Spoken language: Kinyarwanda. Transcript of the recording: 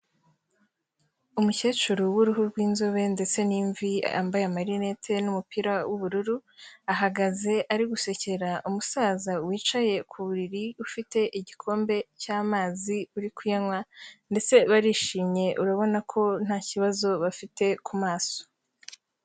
Umukecuru w'uruhu rw'inzobe ndetse n'imvi, wambaye amarinete n'umupira w'ubururu, ahagaze ari gusekera umusaza wicaye ku buriri, ufite igikombe cy'amazi uri kuyanywa ndetse barishimye, urabona ko nta kibazo bafite ku maso.